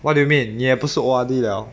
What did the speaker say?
what do you mean 你也不是 O_R_D 了